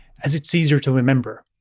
as it's easier to remember.